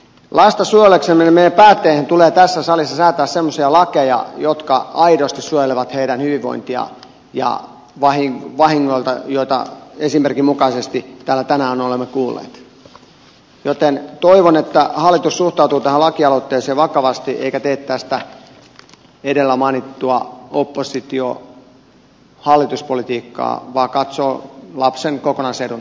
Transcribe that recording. lasta suojellaksemme meidän päättäjien tulee tässä salissa säätää semmoisia lakeja jotka aidosti edistävät lasten hyvinvointia ja suojelevat vahingoilta joita esimerkin mukaisesti täällä tänään olemme kuulleet joten toivon että hallitus suhtautuu tähän lakialoitteeseen vakavasti eikä tee tästä edellä mainittua oppositiohallitus politiikkaa vaan katsoo lapsen kokonaisedun ensisijaiseksi